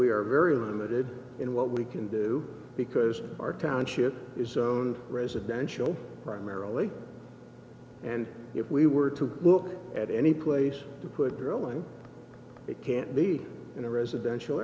we are very limited in what we can do because our conscious is owned residential primarily and if we were to look at any place to put drilling it can't be in a residential